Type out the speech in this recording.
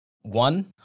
One